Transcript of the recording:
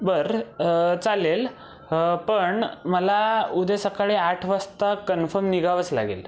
बरं चालेल पण मला उद्या सकाळी आठ वाजता कन्फम निघावंच लागेल